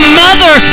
mother